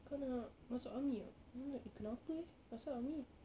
kau nak masuk army tak then I was like kenapa eh apasal army